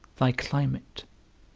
thy climate